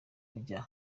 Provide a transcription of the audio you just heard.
rya